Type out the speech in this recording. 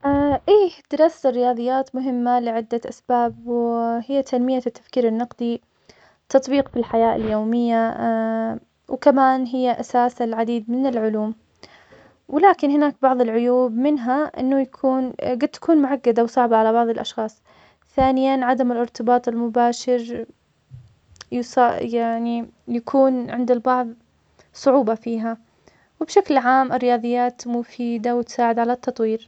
إيه, دراسةالرياضيات مهمة لعدة اسباب, وهي تنمية التفكير النقدي, تطبيق في الحياة اليومية, وكمان هي أساس العديد من العلوم, ولكن هناك بعض العيوب, منها إنه يكون- قد تكون معقدة وصعبة على بعض الأشخاص, ثانياً عدم الإرتباط المباشر, يص- يعني يكون عند البعض صعوبة فيها, وبشكل عام الرياضيات مفيدة وتساعد على التطوير.